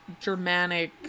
Germanic